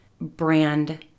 brand